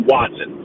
Watson